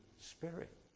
Spirit